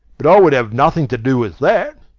but i would have nothing to do with that.